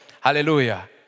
Hallelujah